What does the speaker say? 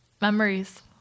Memories